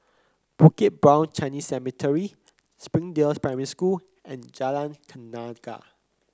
Bukit Brown Chinese Cemetery Springdale Primary School and Jalan Tenaga